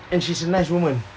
and she's a nice woman